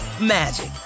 magic